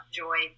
joy